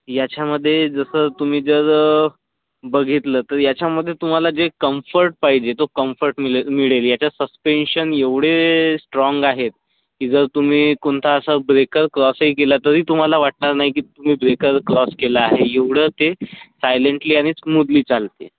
याच्यामध्ये जसं तुम्ही जर बघितलं तर याच्यामध्ये तुम्हाला जे कम्फर्ट पाहिजे तो कम्फर्ट मिले मिळेल याचा सस्पेन्शन एवढे स्ट्राँग आहेत की जर तुम्ही कोणता असा ब्रेकर क्रॉसही केला तरी तुम्हाला वाटणार नाही की तुम्ही ब्रेकर क्रॉस केला आहे एवढं ते सायलेन्टली आणि स्मूदली चालते